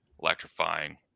electrifying